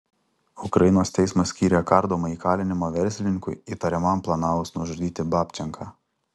ukrainos teismas skyrė kardomąjį kalinimą verslininkui įtariamam planavus nužudyti babčenką